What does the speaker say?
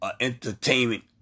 entertainment